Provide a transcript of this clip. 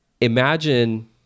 imagine